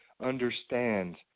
understands